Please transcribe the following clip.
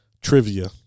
trivia